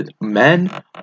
Men